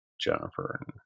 Jennifer